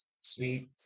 Sweet